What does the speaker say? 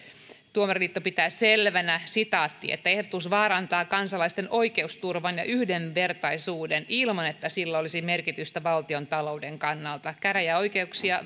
tuomariliitto pitää selvänä että ehdotus vaarantaa kansalaisten oikeusturvan ja yhdenvertaisuuden ilman että sillä olisi merkitystä valtiontalouden kannalta käräjäoikeuksia